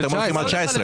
אתם הולכים ל-2019.